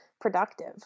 productive